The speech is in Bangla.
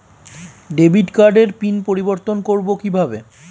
ডেবিট কার্ডের পিন পরিবর্তন করবো কীভাবে?